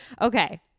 Okay